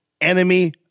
enemy